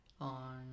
on